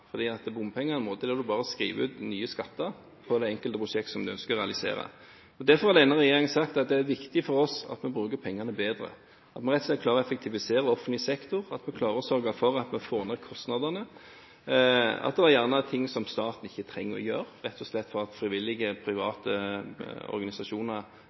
måte der man bare skriver ut nye skatter for å finansiere det enkelte prosjekt man ønsker å realisere. Derfor har denne regjeringen sagt at det er viktig for oss at vi bruker pengene bedre, at vi klarer å effektivisere offentlig sektor, og at vi klarer å sørge for at vi får ned kostnadene. Det kan også være ting staten ikke trenger å gjøre, rett og slett fordi frivillige, private organisasjoner